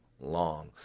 long